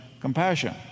compassion